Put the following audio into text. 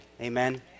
Amen